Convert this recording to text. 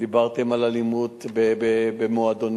דיברתם על אלימות במועדונים,